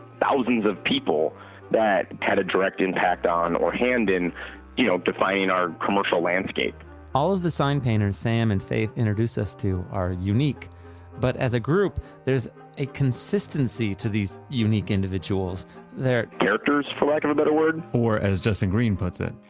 thousands of people that had a direct impact on or hand in you know defining our commercial landscape all of the sign-painters sam and faythe introduce us to are unique but as a group, there's a consistency to these unique individuals they're, characters for like of a better word? or as justin green puts it,